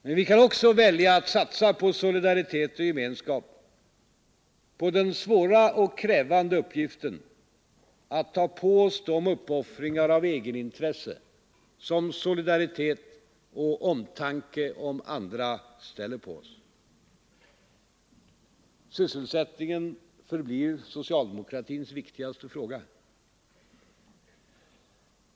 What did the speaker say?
Men vi kan också välja att satsa på solidaritet och gemenskap, på den svåra och krävande uppgiften att ta på oss de uppoffringar av egenintresse som solidaritet och omtanke om andra ställer på oss. Sysselsättningen förblir socialdemokratins viktigaste fråga.